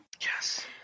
Yes